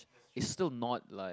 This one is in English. is still not like